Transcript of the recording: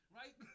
right